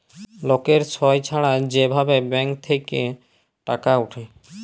লকের সই ছাড়া যে ভাবে ব্যাঙ্ক থেক্যে টাকা উঠে